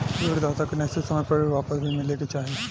ऋण दाता के निश्चित समय पर ऋण वापस भी मिले के चाही